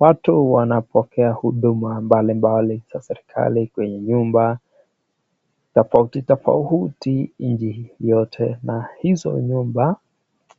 Watu wanapokea huduma mbalimbali za serikali kwenye nyumba tofauti tofauti nchi yote na hizo nyumba